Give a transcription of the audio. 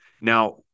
Now